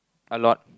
a lot